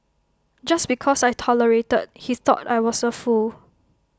just because I tolerated he thought I was A fool